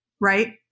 right